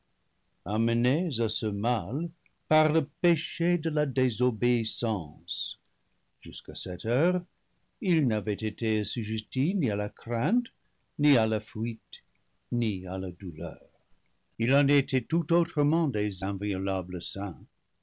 amenés à ce mal par le péché de la désobéissance jus qu'à cette heure ils n'avaient été assujettis ni à la crainte ni à la fuite ni à la douleur il en était tout autrement des inviolables saints